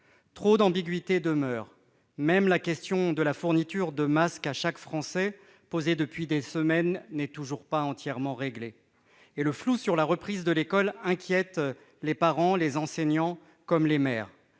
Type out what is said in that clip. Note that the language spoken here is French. Trop d'ambiguïtés demeurent. Même la question de la fourniture de masques à chaque Français, posée depuis des semaines, n'est toujours pas entièrement réglée et le flou relatif à la reprise de l'école inquiète les parents, les enseignants et les maires.